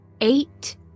Eight